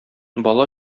бала